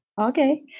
Okay